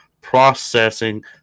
processing